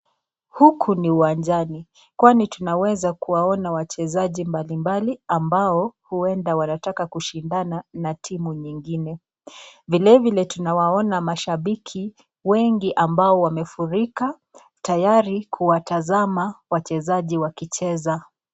Huku ni uwanjani kwani tunaweza kuwaona wachezaji mbalimbali ambao ueda wanataka kushindana na timu nyingine. Vile vile tunawaona mashambiki wengi ambao wamefurika tayari kuwatazama wachezaji wakicheza.